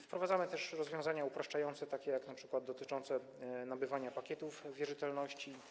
Wprowadzamy też rozwiązania upraszczające, np. dotyczące nabywania pakietów wierzytelności.